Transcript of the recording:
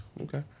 Okay